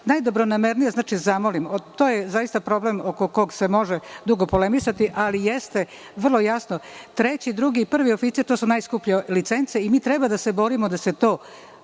najdobronamernije zamolim, to je problem oko koga se može dugo polemisati, ali jeste vrlo jasno da treći, drugi i prvi oficir su najskuplje licence i mi treba da se borimo da se to